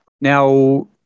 Now